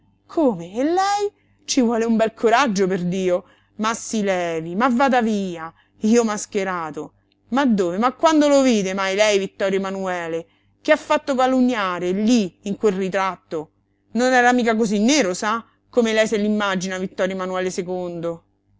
e lei ci vuole un bel coraggio perdio ma si levi ma vada via io mascherato ma dove ma quando lo vide mai lei vittorio emanuele che ha fatto calunniare lí in quel ritratto non era mica cosí nero sa come lei se l'immagina vittorio emanuele